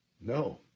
No